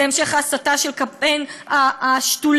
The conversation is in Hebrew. זה המשך ההסתה של קמפיין ה"שתולים",